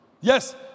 Yes